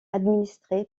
administrée